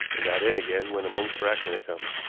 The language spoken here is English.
and got in again when the moment for action had come.